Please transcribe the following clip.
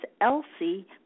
Elsie